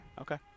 Okay